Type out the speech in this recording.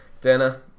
Dana